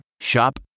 Shop